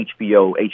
HBO